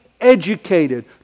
educated